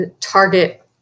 target